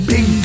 Big